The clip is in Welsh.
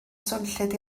swnllyd